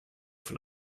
von